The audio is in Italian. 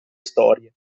storie